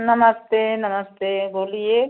नमस्ते नमस्ते बोलिए